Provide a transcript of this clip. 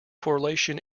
correlation